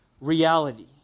reality